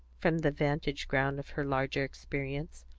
from the vantage-ground of her larger experience.